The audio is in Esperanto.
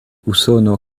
usono